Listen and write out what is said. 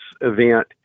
event